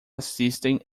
assistem